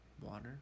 Water